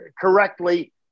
correctly